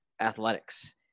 athletics